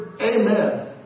amen